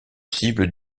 cibles